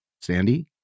Sandy